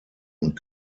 und